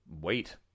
wait